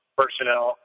personnel